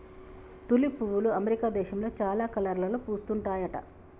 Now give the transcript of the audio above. tulip పువ్వులు America దేశంలో చాలా కలర్లలో పూస్తుంటాయట